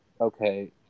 okay